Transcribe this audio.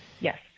Yes